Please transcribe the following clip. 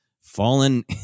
fallen